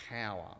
power